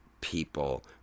people